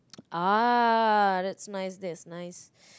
ah that's nice that's nice